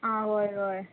आं वय वोय